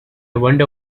wonder